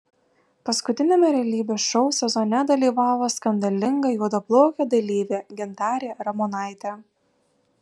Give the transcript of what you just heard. paskutiniame realybės šou sezone dalyvavo skandalinga juodaplaukė dalyvė gintarė ramonaitė